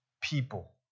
people